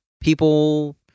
people